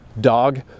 dog